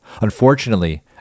Unfortunately